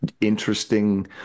interesting